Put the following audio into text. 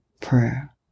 prayer